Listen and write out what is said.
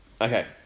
Okay